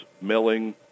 milling